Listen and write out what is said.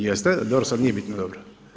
Jeste, dobro sada nije bitno, dobro.